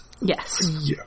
Yes